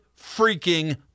freaking